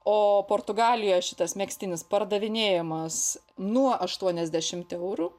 o portugalijoje šitas megztinis pardavinėjamas nuo aštuoniasdešimt eurų